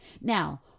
now